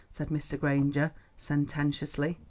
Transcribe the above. said mr. granger sententiously.